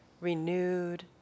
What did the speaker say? renewed